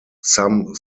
some